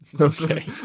Okay